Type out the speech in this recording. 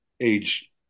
age